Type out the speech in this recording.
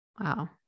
Wow